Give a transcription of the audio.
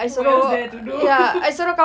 what else there to do